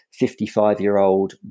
55-year-old